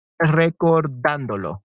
recordándolo